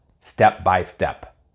step-by-step